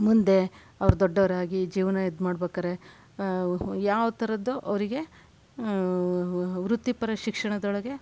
ಮುಂದೆ ಅವರು ದೊಡ್ಡೋರಾಗಿ ಜೀವನ ಇದು ಮಾಡ್ಬೇಕಾದ್ರೆ ಯಾವ ಥರದ್ದು ಅವರಿಗೆ ವೃತ್ತಿಪರ ಶಿಕ್ಷಣದೊಳಗೆ